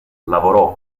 lavorò